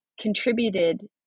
contributed